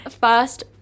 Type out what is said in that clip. First